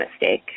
mistake